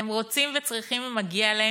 הם רוצים וצריכים, ומגיע להם,